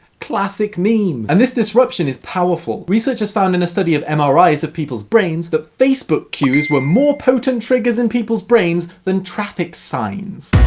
classic meme! and this disruption is powerful. researchers found in a study of um ah mri's of people's brains, the facebook ques were more potent triggers in people's brains, than traffic signs.